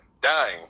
Dying